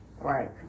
right